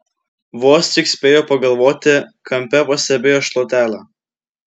vos tik spėjo pagalvoti kampe pastebėjo šluotelę